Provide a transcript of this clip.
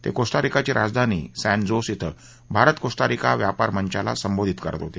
ते कोस्टारिकाची राजधानी सॅन जोस इथं भारत कोस्टारिका व्यापार मंचाला संबोधित करत होते